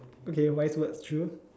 okay wise words true